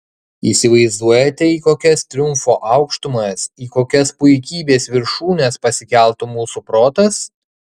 įsivaizduojate į kokias triumfo aukštumas į kokias puikybės viršūnes pasikeltų mūsų protas